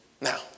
Now